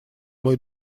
мой